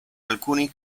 alcuni